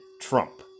Trump